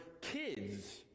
kids